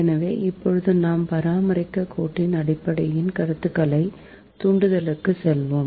எனவே இப்போது நாம் பரிமாற்றக் கோட்டின் அடிப்படை கருத்துகளின் தூண்டலுக்குச் செல்வோம்